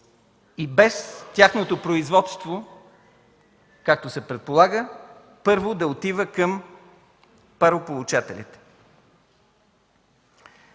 и без тяхното производство, както се предполага, първо да отива към парополучателите.